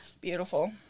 Beautiful